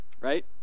right